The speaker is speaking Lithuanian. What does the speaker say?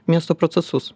miesto procesus